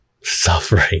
suffering